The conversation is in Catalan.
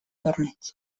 torneig